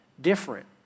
different